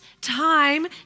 time